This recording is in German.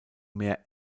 mehr